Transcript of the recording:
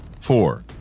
four